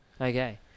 Okay